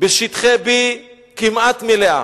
בשטחי B כמעט מלאה,